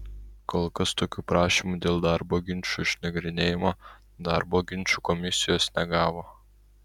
kol kas tokių prašymų dėl darbo ginčų išnagrinėjimo darbo ginčų komisijos negavo